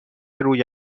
روی